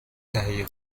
تهیه